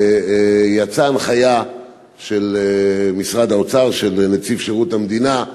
יצאה הנחיה של משרד האוצר, של נציב שירות המדינה,